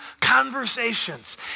conversations